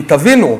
כי תבינו,